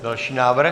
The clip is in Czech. Další návrh?